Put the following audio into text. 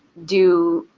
do,